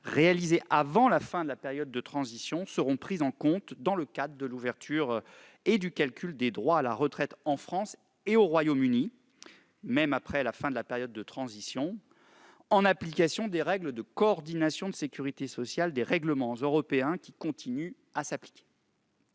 réalisées avant la fin de la période de transition, seront prises en compte dans le cadre de l'ouverture et du calcul des droits à la retraite en France et au Royaume-Uni- même après la fin de la période de transition -, en application des règles de coordination de sécurité sociale des règlements européens qui continuent à s'appliquer.